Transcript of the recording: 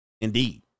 Indeed